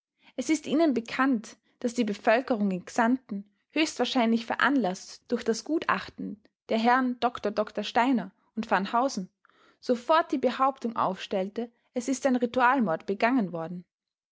es ist ihnen bekannt daß die bevölkerung in xanten höchstwahrscheinlich veranlaßt durch das gutachten der herren ddr steiner und van housen sofort die behauptung aufstellte es ist ein ritualmord begangen worden